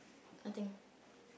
nothing